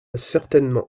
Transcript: certainement